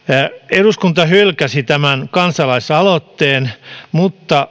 eduskunta hylkäsi tämän kansalaisaloitteen mutta